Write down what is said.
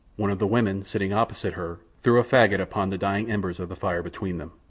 one of the women sitting opposite her threw a faggot upon the dying embers of the fire between them.